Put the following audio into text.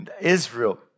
Israel